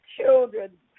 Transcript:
children